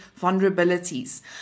vulnerabilities